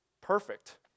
perfect